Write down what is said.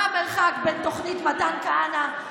מה המרחק בין תוכנית מתן כהנא,